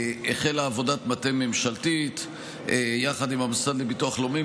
החלה עבודת מטה ממשלתית יחד עם המוסד לביטוח לאומי,